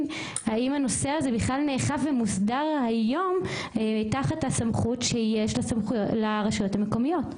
האם הנושא הזה בכלל נאכף ומוסדר היום תחת הסמכות שיש לרשויות המקומיות.